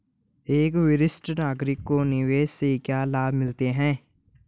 एक वरिष्ठ नागरिक को निवेश से क्या लाभ मिलते हैं?